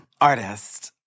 Artist